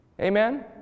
Amen